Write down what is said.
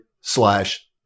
slash